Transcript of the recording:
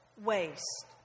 waste